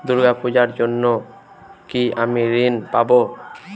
দূর্গা পূজার জন্য কি আমি ঋণ পাবো?